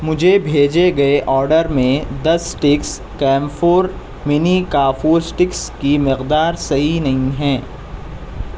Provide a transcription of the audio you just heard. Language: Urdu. مجھے بھیجے گئے آڈر میں دس اسٹکس کیمفور منی کافور اسٹکس کی مقدار صحیح نہیں ہے